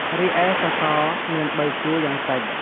រីឯសសរមាន៣ជួរយ៉ាងតិច។